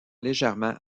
légèrement